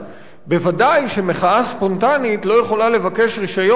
בוודאי שמחאה ספונטנית לא יכולה לבקש רשיון חמישה